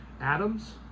atoms